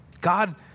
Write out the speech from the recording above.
God